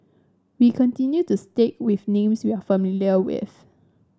we continue to stick with names we are familiar with